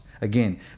Again